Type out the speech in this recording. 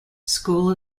school